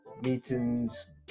meetings